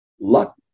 luck